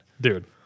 Dude